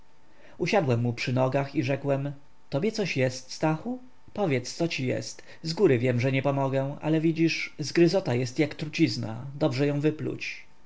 usiadłem mu przy nogach i rzekłem tobie coś jest stachu powiedz co ci jest zgóry wiem że nie pomogę ale widzisz zgryzota jest jak trucizna dobrze ją wypluć